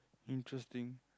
interesting